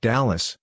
Dallas